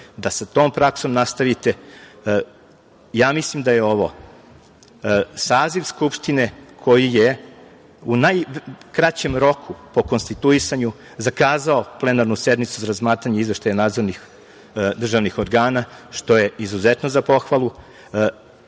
da sa tom praksom nastavite. Ja mislim da je ovo saziv Skupštine koji je u najkraćem roku po konstituisanju zakazao plenarnu sednicu za razmatranje izveštaja nadzornih državnih organa, što je izuzetno za pohvalu. Prvi